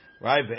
Right